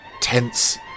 tense